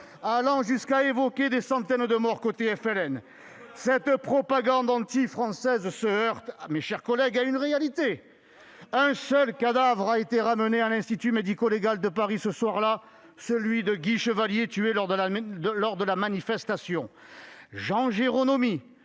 allant jusqu'à évoquer des centaines de morts du côté du FLN. Cette propagande anti-française se heurte à une réalité, mes chers collègues : un seul cadavre a été ramené à l'institut médico-légal de Paris ce soir-là, celui de Guy Chevalier, tué lors de la manifestation. Jean Géronimi,